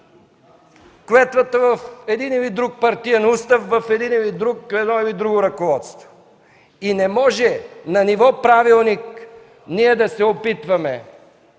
клетвата в един или друг партиен устав, в едно или друго ръководство. И не може на ниво правилник ние да се опитваме